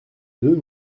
deux